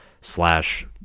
slash